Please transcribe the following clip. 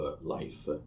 life